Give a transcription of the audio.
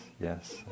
yes